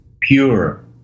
pure